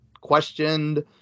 questioned